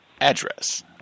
address